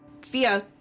Fia